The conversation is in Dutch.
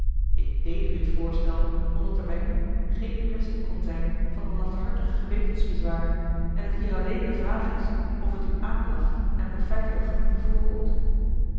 ik deed u het voorstel omdat er bij u geen quaestie kon zijn van lafhartig gewetensbezwaar en t hier alleen de vraag is of het u aanlacht en profijtelijk genoeg voorkomt